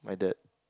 my dad